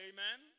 Amen